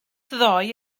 ddoe